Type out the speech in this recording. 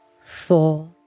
four